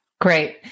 Great